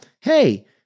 hey